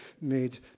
made